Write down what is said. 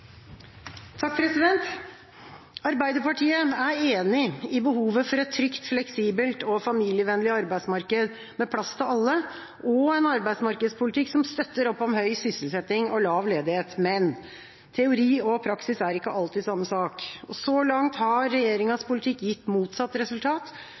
Arbeiderpartiet er enig i behovet for et trygt, fleksibelt og familievennlig arbeidsmarked med plass til alle og en arbeidsmarkedspolitikk som støtter opp om høy sysselsetting og lav ledighet. Men teori og praksis er ikke alltid samme sak. Så langt har